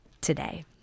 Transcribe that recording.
Today